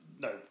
no